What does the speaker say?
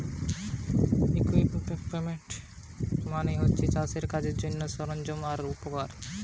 equipment মানে হচ্ছে চাষের কাজের জন্যে সরঞ্জাম আর উপকরণ